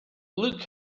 look